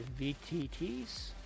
VTTs